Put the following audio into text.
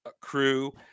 crew